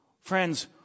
Friends